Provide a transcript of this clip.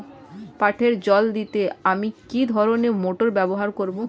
পাটে জল দিতে আমি কি ধরনের মোটর ব্যবহার করব?